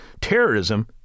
terrorism